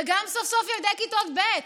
וגם סוף-סוף ילדי כיתות ב',